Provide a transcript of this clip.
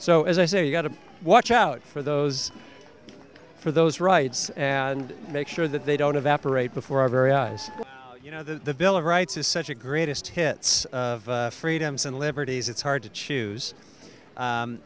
so as i say you got to watch out for those for those rights and make sure that they don't evaporate before our very eyes you know the bill of rights is such a greatest hits of freedoms and liberties it's hard to choose